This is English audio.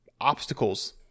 obstacles